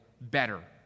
Better